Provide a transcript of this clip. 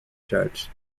charts